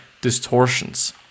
distortions